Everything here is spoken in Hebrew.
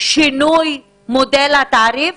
שינוי מודל התעריף?